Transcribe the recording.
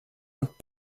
und